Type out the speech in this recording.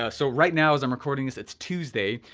ah so right now, as i'm recording this, it's tuesday.